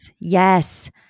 Yes